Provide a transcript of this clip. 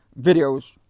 videos